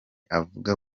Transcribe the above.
avuga